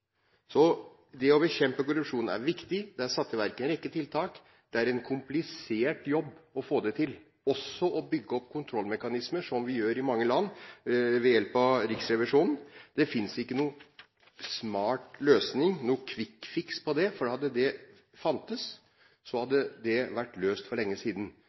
Det å bekjempe korrupsjon er viktig. Det er satt i verk en rekke tiltak. Det er en komplisert jobb å få det til, også å bygge opp kontrollmekanismer, som vi gjør i mange land, ved hjelp av Riksrevisjonen. Det finnes ikke noen smart løsning – noe «quick fix» – på det, for hadde det funnes, hadde det vært løst for lenge siden.